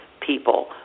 people